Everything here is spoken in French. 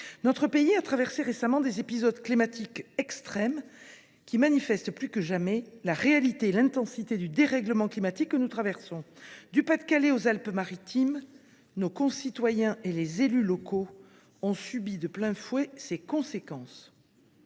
Notre pays a traversé récemment des épisodes climatiques extrêmes, qui manifestent plus que jamais la réalité et l’intensité du dérèglement climatique que nous traversons. Du Pas de Calais aux Alpes Maritimes, nos concitoyens et les élus locaux ont subi de plein fouet ses conséquences.